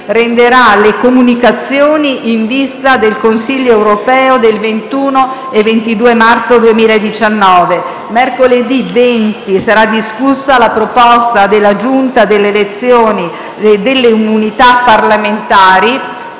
renderà le comunicazioni in vista del Consiglio europeo del 21 e 22 Marzo 2019. Mercoledì 20 sarà discussa la proposta della Giunta delle elezioni e delle immunità parlamentari